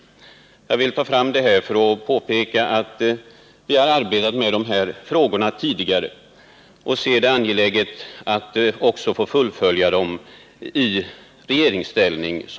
Jag vill påpeka detta för att visa att vi har arbetat med dessa frågor tidigare och ser det som angeläget att också få fullfölja dem i regeringsställning.